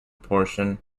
portion